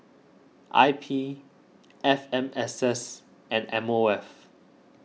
I P F M S S and M O F